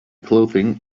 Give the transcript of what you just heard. clothing